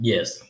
Yes